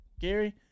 gary